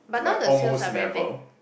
but now the sales are very bad